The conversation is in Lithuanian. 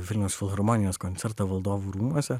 vilniaus filharmonijos koncertą valdovų rūmuose